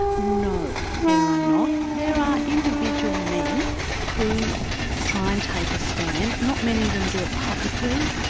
no, there are not. there are individual men who try and take a stand not many of them do it publicly.